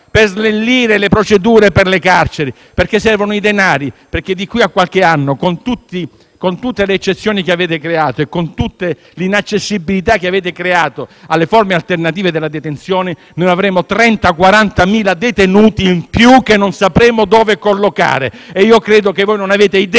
per snellire le procedure per le carceri, perché servono i denari. Di qui a qualche anno, con tutte le eccezioni che avete creato e con tutta l'inaccessibilità che avete creato nei confronti delle forme alternative alla detenzione, avremo 30.000-40.000 detenuti in più, che non sapremo dove collocare e credo che voi non abbiate idea